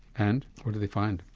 and, what did they find?